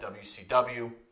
WCW